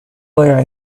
were